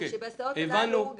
ושבהסעות הללו,